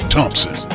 Thompson